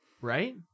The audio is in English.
right